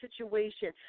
situation